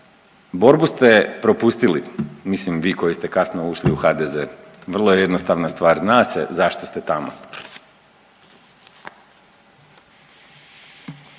Borbu ste propustili, mislim vi koji ste kasno ušli u HDZ, vrlo je jednostavna stvar. Zna se zašto ste tamo.